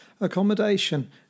accommodation